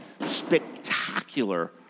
spectacular